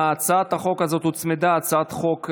רבותיי, להצעת החוק הזאת הוצמדה הצעת חוק דומה,